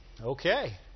okay